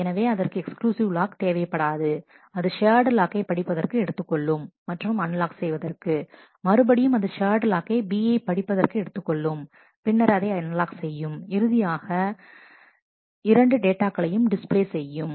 எனவே அதற்கு exclusive lock தேவைப்படாது அது ஷேர்டு லாக்கை படிப்பதற்கு எடுத்துக்கொள்ளும் மற்றும் அன்லாக் செய்வதற்கு மறுபடியும் அது ஷேர்டு லாக்கை B யை படிப்பதற்கு எடுத்துக்கொள்ளும் பின்னர் அதை அன்லாக் செய்யும் இறுதியாக எனது இரண்டு டேட்டாகளையும் டிஸ்ப்ளே செய்யும்